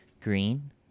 Green